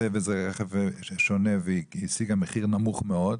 וזה רכב שונה והיא השיגה מחיר נמוך מאוד?